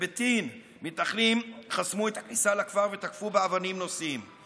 באום בטין מתנחלים חסמו את הכניסה לכפר ותקפו נוסעים באבנים.